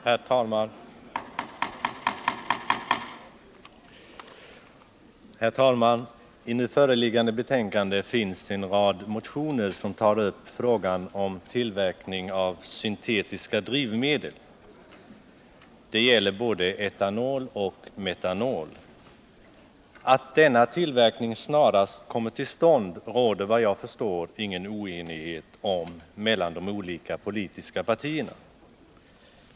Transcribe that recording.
Herr talman! I nu föreliggande betänkande finns en rad motioner som tar upp frågan om tillverkning av syntetiska drivmedel. Det gäller både etanol och metanol. Att denna tillverkning snarast kommer till stånd råder det, såvitt jag förstår, ingen oenighet om mellan de olika politiska partierna.